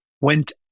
went